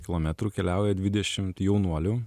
kilometrų keliauja dvidešimt jaunuolių